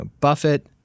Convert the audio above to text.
Buffett